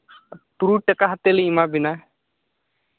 ᱛᱩᱨᱩᱭ ᱴᱟᱠᱟ ᱠᱟᱛᱮᱫ ᱞᱤᱧ ᱮᱢᱟ ᱵᱮᱱᱟ